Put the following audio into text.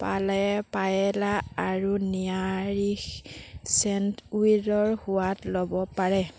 পালে পায়েলা আৰু নিৰামিষ ছেণ্ডউইচৰ সোৱাদ ল'ব পাৰে